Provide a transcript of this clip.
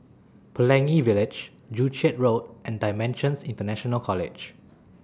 Pelangi Village Joo Chiat Road and DImensions International College